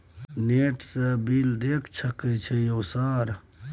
Net से bill देश सक छै यह सर?